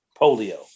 polio